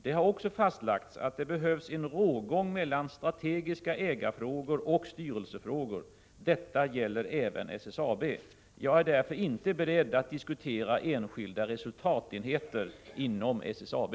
Det har också fastlagts att det behövs en rågång mellan strategiska ägarfrågor och styrelsefrågor. Detta gäller även SSAB. Jag är därför inte beredd att diskutera enskilda resultatenheter inom SSAB.